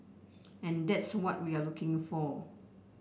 and that's what we are looking for